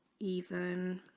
even